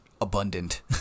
abundant